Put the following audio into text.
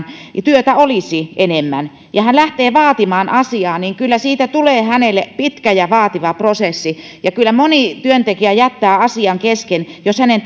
työtä olisi enemmän ja hän lähtee vaatimaan asiaa niin kyllä siitä tulee hänelle pitkä ja vaativa prosessi ja moni työntekijä jättää asian kesken jos hänen